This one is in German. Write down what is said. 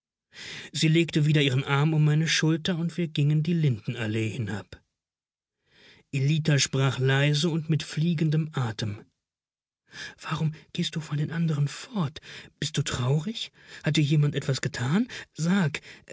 sie legte wieder ihren arm um meine schulter und wir gingen die lindenallee hinab ellita sprach leise und mit fliegendem atem warum gehst du von den anderen fort bist du traurig hat dir jemand etwas getan sag